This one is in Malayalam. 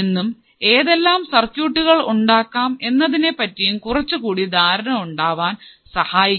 എന്നും ഏതെല്ലാം സർക്യൂട്ടുകൾ ഉണ്ടാക്കാം എന്നതിനെപ്പറ്റിയും കുറച്ചു കൂടി ധാരണ ഉണ്ടാവാൻ സഹായിക്കും